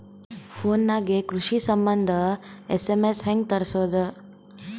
Phone ನಾಗೆ ಕೃಷಿ ಸಂಬಂಧ ಎಸ್.ಎಮ್.ಎಸ್ ಹೆಂಗ ತರಸೊದ?